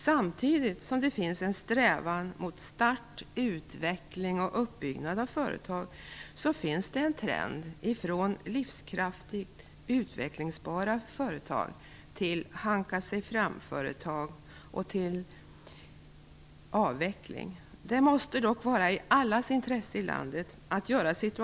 Samtidigt som det finns en strävan mot start, utveckling och uppbyggnad av företag, så finns det en trend ifrån livskraftiga och utvecklingsbara företag till hanka-sig-fram-företag och till avveckling. Det måste dock vara i allas intresse i landet att den första trenden är starkare än den andra.